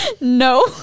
No